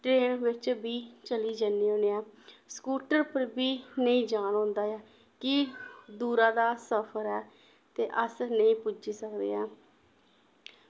train बिच्च बी चली जन्ने होन्ने आं स्कूटर पर बी नेईं जान होंदा ऐ की दूरा दा सफर ऐ ते अस नेईं पुज्जी सकने आं